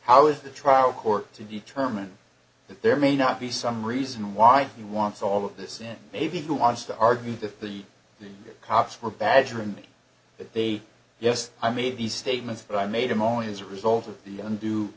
how is the trial court to determine that there may not be some reason why he wants all of this and maybe who wants to argue that the cops were badgering me that they yes i made these statements but i made him only as a result of the und